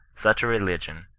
such a religion,